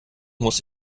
muss